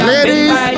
Ladies